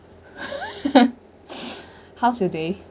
how's your day